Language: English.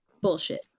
Bullshit